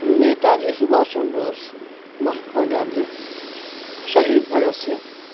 نیتاجی سبھاش چند بوس مہاتما گاندھی شہید بھگت سنگھ